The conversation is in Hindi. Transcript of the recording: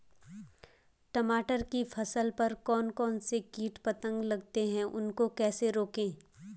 टमाटर की फसल पर कौन कौन से कीट पतंग लगते हैं उनको कैसे रोकें?